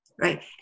right